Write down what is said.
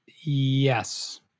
yes